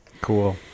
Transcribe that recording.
Cool